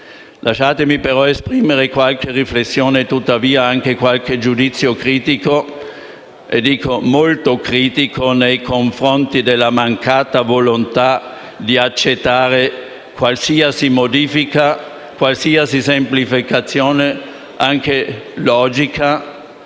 Lasciatemi, però, esprimere qualche riflessione e, tuttavia, anche qualche giudizio molto critico - lo sottolineo - nei confronti della mancata volontà di accettare qualunque modifica e semplificazione, anche logica,